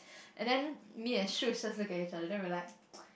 and then me and Siew just looked at each other and then we like